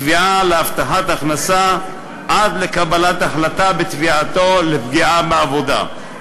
תביעה להבטחת הכנסה עד לקבלת החלטה בתביעתו לפגיעה בעבודה.